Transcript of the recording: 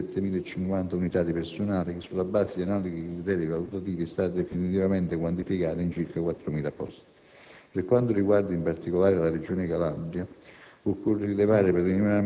ha previsto una riduzione di 7.050 unità di personale che, sulla base di analoghi criteri valutativi, è stata definitivamente quantificata in circa 4.000 posti. Per quanto riguarda in particolare la Regione Calabria,